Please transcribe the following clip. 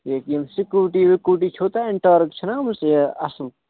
ییٚکیٛاہ یِم سِکوٗٹی وِکوٗٹی چھُو تۄہہِ اٮ۪نٹارٕک چھِنَہ آمٕژ یہِ اَصٕل